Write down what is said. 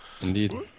Indeed